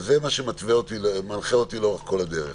וזה מה שמנחה ומתווה אותי לאורך כל הדרך